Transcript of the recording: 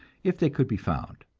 if they could be found.